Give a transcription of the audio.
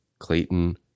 Clayton